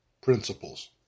principles